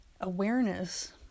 awareness